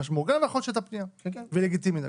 יכול להיות שהייתה פנייה, וזה לגיטימי.